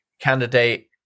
Candidate